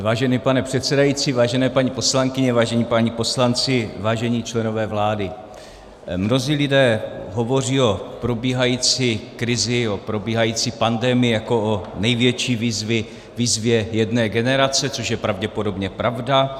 Vážený pane předsedající, vážené paní poslankyně, vážení páni poslanci, vážení členové vlády, mnozí lidé hovoří o probíhající krizi, o probíhající pandemii jako o největší výzvě jedné generace, což je pravděpodobně pravda.